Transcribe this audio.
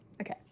Okay